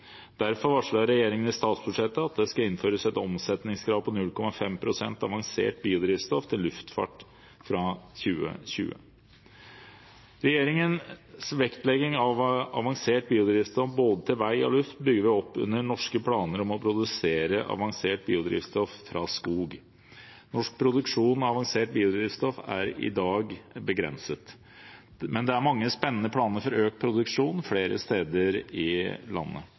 Derfor varslet regjeringen i statsbudsjettet at det skal innføres et omsetningskrav på 0,5 pst. avansert biodrivstoff til luftfart fra 2020. Regjeringens vektlegging av avansert biodrivstoff både til veisektoren og til luftfarten bygger opp under norske planer om å produsere avansert biodrivstoff fra skog. Norsk produksjon av avansert biodrivstoff er i dag begrenset, men det er mange spennende planer for økt produksjon flere steder i landet.